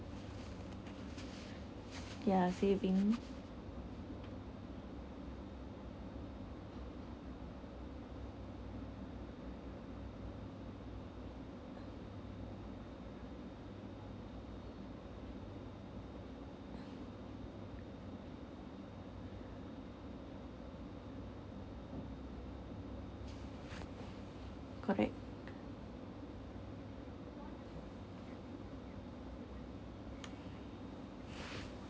ya saving correct